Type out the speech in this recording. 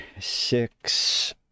six